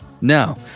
No